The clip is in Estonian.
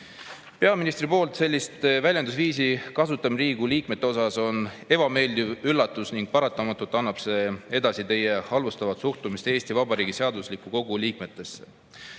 Peaministri poolt sellise väljendusviisi kasutamine Riigikogu liikmete kohta on ebameeldiv üllatus ning paratamatult annab see edasi teie halvustavat suhtumist Eesti Vabariigi seadus[andliku] kogu liikmetesse.